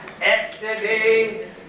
yesterday